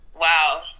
Wow